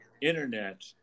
internet